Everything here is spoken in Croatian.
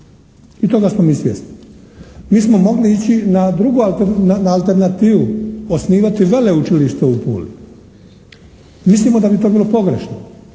i toga smo mi svjesni. Mi smo mogli ići na alternativu osnivati veleučilište u Puli. Mislimo da bi to bilo pogrešno.